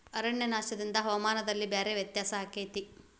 ಅರಣ್ಯನಾಶದಿಂದ ಹವಾಮಾನದಲ್ಲಿ ಭಾರೇ ವ್ಯತ್ಯಾಸ ಅಕೈತಿ